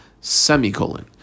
Semicolon